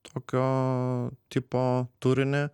tokio tipo turinį